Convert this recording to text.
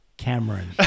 Cameron